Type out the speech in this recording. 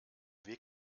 weg